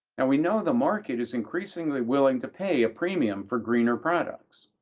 and we know the market is increasingly willing to pay a premium for greener products,